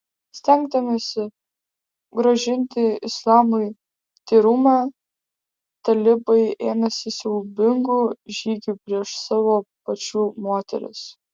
stengdamiesi grąžinti islamui tyrumą talibai ėmėsi siaubingų žygių prieš savo pačių moteris